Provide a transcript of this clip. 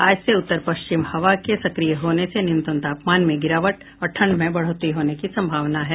आज से उत्तर पश्चिमी हवा के सक्रिय होने से न्यूनतम तापमान में गिरावट और ठंड में बढ़ोतरी होने की सम्भावना है